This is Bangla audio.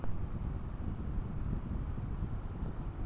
মরিচের পাতা শুকিয়ে যাচ্ছে এর প্রতিকার কি?